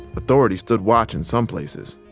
authorities stood watch in some places.